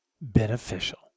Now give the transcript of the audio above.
beneficial